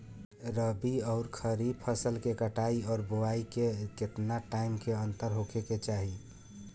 रबी आउर खरीफ फसल के कटाई और बोआई मे केतना टाइम के अंतर होखे के चाही?